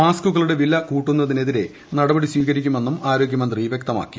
മാസ്ക്കുകളുടെ വില കൂട്ടുന്നതിനെതിരെ നടപടി സ്വീകരിക്കുമെന്നും ആരോഗ്യമന്ത്രി വ്യക്തമാക്ക്കി